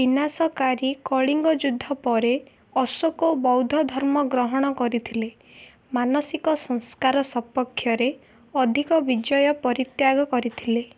ବିନାଶକାରୀ କଳିଙ୍ଗ ଯୁଦ୍ଧ ପରେ ଅଶୋକ ବୌଦ୍ଧ ଧର୍ମ ଗ୍ରହଣ କରିଥିଲେ ମାନସିକ ସଂସ୍କାର ସପକ୍ଷରେ ଅଧିକ ବିଜୟ ପରିତ୍ୟାଗ କରିଥିଲେ